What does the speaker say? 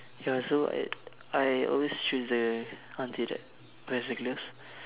ya so I I always choose the auntie that wears the glove